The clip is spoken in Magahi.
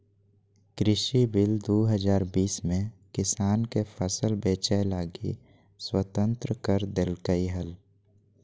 कृषि बिल दू हजार बीस में किसान के फसल बेचय लगी स्वतंत्र कर देल्कैय हल